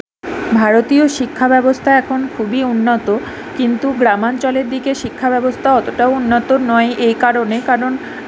ভারতীয় শিক্ষাব্যবস্থা এখন খুবই উন্নত কিন্তু গ্রামাঞ্চলের দিকে শিক্ষাব্যবস্থা অতটাও উন্নত নয় এই কারণেই কারণ